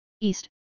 East